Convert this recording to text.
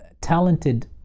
talented